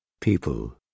People